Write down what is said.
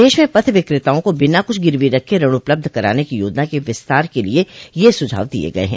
देश में पथ विक्रेताओं को बिना कुछ गिरवी रखे ऋण उपलब्ध कराने की योजना के विस्तार के लिए यह सुझाव दिये गये हैं